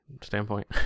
standpoint